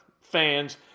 fans